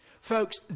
Folks